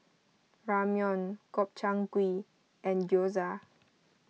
Ramyeon Gobchang Gui and Gyoza